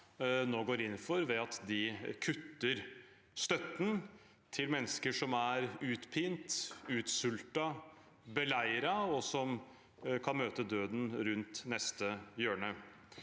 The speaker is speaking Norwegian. nå går inn for, ved at de kutter støtten til mennesker som er utpint, utsultet, beleiret og som kan møte døden rundt neste hjørne.